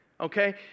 Okay